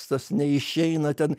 tas neišeina ten